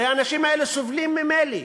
הרי האנשים האלה סובלים ממילא.